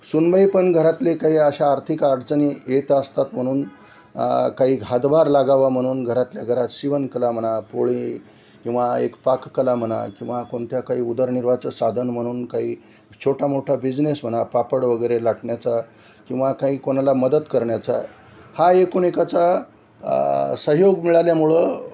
सुनबाई पण घरातले काही अशा आर्थिक अडचणी येत असतात म्हनून काही हातभार लागावा म्हणून घरातल्या घरात शिवणकला म्हणा पोळी किंवा एक पाककला म्हणा किंवा कोणत्या काही उदरनिर्वाहाचं साधन म्हणून काही छोटा मोठा बिझनेस म्हणा पापड वगैरे लाटण्याचा किंवा काही कोणाला मदत करण्याचा हा एकूणएकाचा सहयोग मिळाल्यामुळे